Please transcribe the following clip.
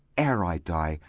ere i die,